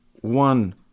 one